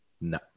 No